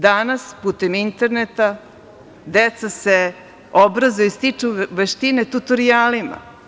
Danas putem interneta deca se obrazuju, stiču veštine tutorijalima.